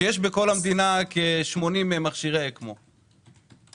כשיש בכל המדינה 80 מכשירי אקמו לערך?